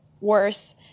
worse